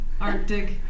Arctic